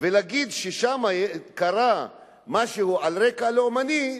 ולהגיד ששם קרה משהו על רקע לאומני,